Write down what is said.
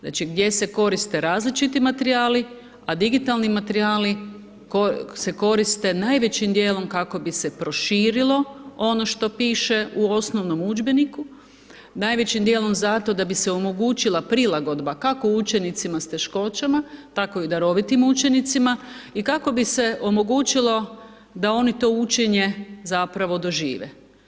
Znači, gdje se koriste različiti materijali, a digitalni materijali se koriste najvećim dijelom kako bi se proširilo ono što piše u osnovnom udžbeniku, najvećim dijelom zato da bi se omogućila prilagodba, kako učenicima s teškoćama, tako i darovitim učenicima, i kako bi se omogućilo da oni to učenje zapravo dožive.